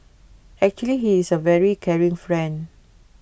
actually he is A very caring friend